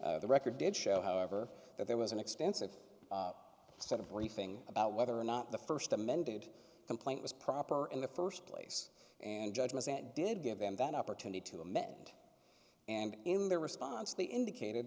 of the record did show however that there was an extensive set of or anything about whether or not the first amended complaint was proper in the first place and judgment did give them that opportunity to amend it and in their response they indicated